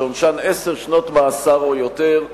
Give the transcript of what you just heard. שעונשן עשר שנות מאסר או יותר,